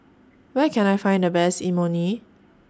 Where Can I Find The Best Imoni